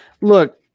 Look